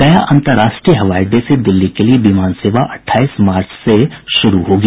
गया अन्तर्राष्ट्रीय हवाई अड्डे से दिल्ली के लिए विमान सेवा अट्ठाईस मार्च से शुरू होगी